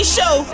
Show